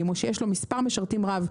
או שיש לו מספר רב של משרתים במילואים,